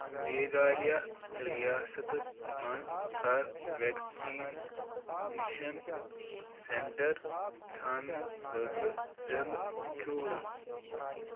میگھالِیا ریاستس مَنٛز کر ویکسیٖنِشن سینٹر ژھانڈنہٕ خٲطرٕ ضلعہٕ چوٗز